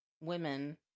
women